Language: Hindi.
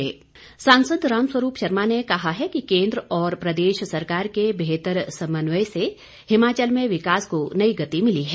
रामस्वरूप सांसद रामस्वरूप शर्मा ने कहा है कि केन्द्र और प्रदेश सरकार के बेहतर समन्वय से हिमाचल में विकास को नई गति मिली है